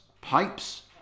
pipes